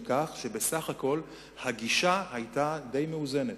מכך שבסך-הכול הגישה היתה די מאוזנת.